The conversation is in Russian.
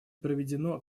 проведено